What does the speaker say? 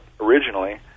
originally